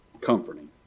comforting